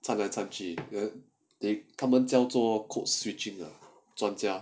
传来传去 good eh 他们叫做 code switch lah 专家